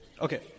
Okay